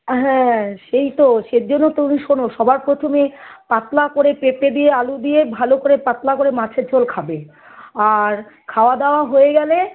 হ্যাঁ সেই তো সেজন্য তুমি শোনো সবার প্রথমে পাতলা করে পেঁপে দিয়ে আলু দিয়ে ভালো করে পাতলা করে মাছের ঝোল খাবে আর খাওয়াদাওয়া হয়ে গেলে